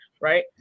right